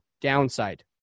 downside